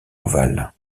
ovale